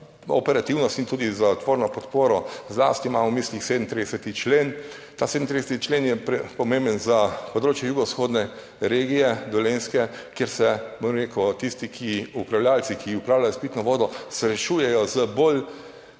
operativnost in tudi za tvorno podporo. Zlasti imam v mislih 37. člen. Ta 37. člen je pomemben za področje jugovzhodne regije, Dolenjske, kjer se, bom rekel, tisti, ki upravljavci, ki upravljajo s pitno vodo, srečujejo z bolj